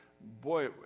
boy